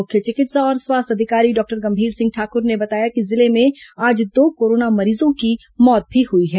मुख्य चिकित्सा और स्वास्थ्य अधिकारी डॉक्टर गंभीर सिंह ठाकुर ने बताया कि जिले में आज दो कोरोना मरीजों की मौत भी हुई है